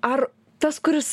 ar tas kuris